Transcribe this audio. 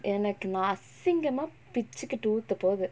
எனக்குனா அசிங்கமா பிச்சிக்கிட்டு ஊத்த போது:enakkuna asingamaa pichikkittu ooththa pothu